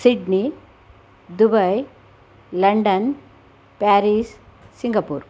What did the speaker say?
Sydney Dubai London Paris Singapore